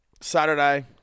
Saturday